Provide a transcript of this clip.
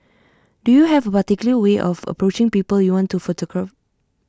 do you have particular way of approaching people you want to photograph